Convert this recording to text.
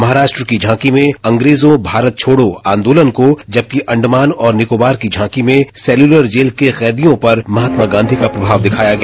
महाराष्ट्र की झांकी में अंग्रेजों भारत छोड़ो आंदोलन को जबकि अंडमान और निकोबार की झांकी में सेल्यूलर जेल के कैदियों पर महात्मा गांधी का प्रभाव दिखाया गया